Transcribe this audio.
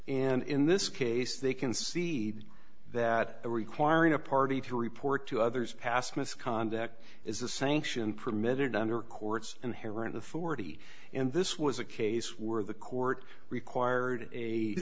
and in this case they concede that requiring a party to report to others past misconduct is a sanction permitted under courts inherent authority and this was a case where the court required a